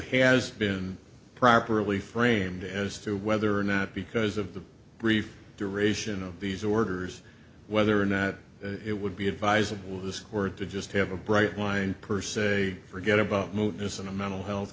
has been properly framed as to whether or not because of the brief duration of these orders whether or not it would be advisable this or to just have a bright line per say forget about movements in a mental health